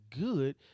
good